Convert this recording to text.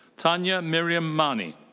tania miriam mani.